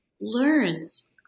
learns